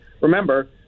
Remember